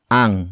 ang